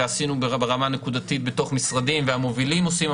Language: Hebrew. ועשינו ברמה נקודתית בתוך משרדים והמובילים עושים,